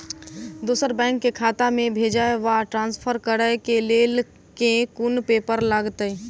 दोसर बैंक केँ खाता मे भेजय वा ट्रान्सफर करै केँ लेल केँ कुन पेपर लागतै?